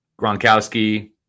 Gronkowski